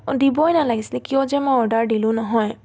দিবই নালাগিছিলে কিয় যে মই অৰ্ডাৰ দিলো নহয়